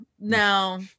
No